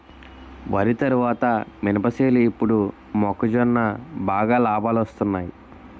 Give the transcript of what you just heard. వరి తరువాత మినప సేలు ఇప్పుడు మొక్కజొన్న బాగా లాబాలొస్తున్నయ్